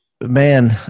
Man